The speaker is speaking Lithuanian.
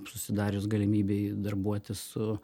susidarius galimybei darbuotis su